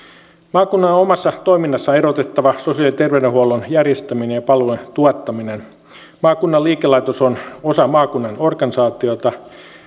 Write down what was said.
maakunnan omassa toiminnassa on erotettava sosiaali ja terveydenhuollon järjestäminen ja palveluiden tuottaminen maakunnan liikelaitos on osa maakunnan organisaatiota